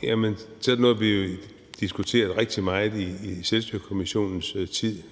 Det er noget, vi diskuterede rigtig meget i Selvstyrekommissionens tid,